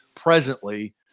presently